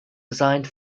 designed